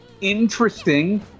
interesting